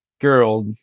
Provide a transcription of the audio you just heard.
girl